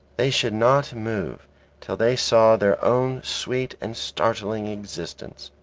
they should not move till they saw their own sweet and startling existence.